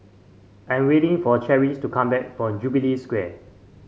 I'm waiting for Cherish to come back from Jubilee Square